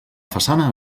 façana